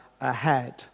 ahead